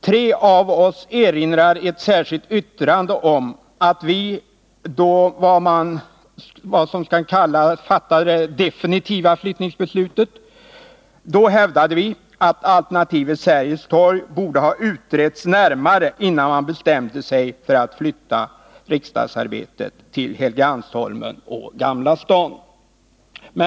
Tre av oss erinrar i ett särskilt yttrande om att vi, då vad som kan kallas det definitiva flyttningsbeslutet togs, hävdade att alternativet Sergels torg borde ha utretts närmare, innan man bestämde sig för att flytta riksdagsarbetet till Helgeandsholmen och Gamla stan.